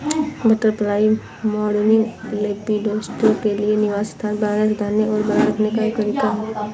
butterfly gardening, lepidoptera के लिए निवास स्थान बनाने, सुधारने और बनाए रखने का एक तरीका है